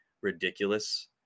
ridiculous